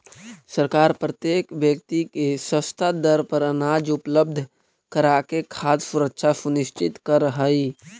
सरकार प्रत्येक व्यक्ति के सस्ता दर पर अनाज उपलब्ध कराके खाद्य सुरक्षा सुनिश्चित करऽ हइ